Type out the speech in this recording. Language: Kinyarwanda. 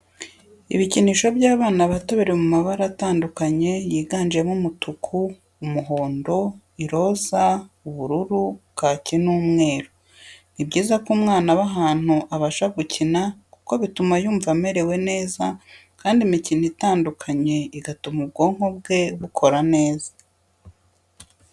Ibikinisho by'abana bato biri mu mabara atandukanye yiganjemo umutuku, umuhondo, iroza, ubururu, kaki n'umweru. Ni byiza ko umwana aba ahantu abasha gukina kuko bituma yumva amerewe neza kandi imikino itandukanye igatuma ubwonko bwe bukora neza.